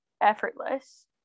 effortless